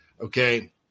Okay